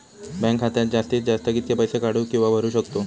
Bank खात्यात जास्तीत जास्त कितके पैसे काढू किव्हा भरू शकतो?